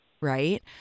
Right